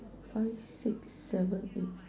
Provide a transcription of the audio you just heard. five six seven eight